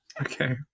Okay